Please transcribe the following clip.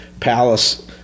palace